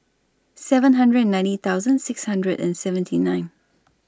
seven hundred and ninety thousand six hundred and seventy nine